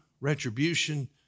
retribution